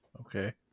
Okay